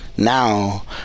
Now